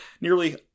nearly